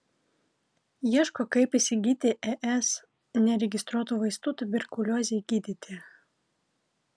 ieško kaip įsigyti es neregistruotų vaistų tuberkuliozei gydyti